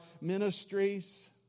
ministries